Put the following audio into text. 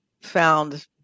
found